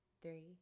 three